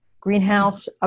Greenhouse